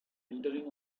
entering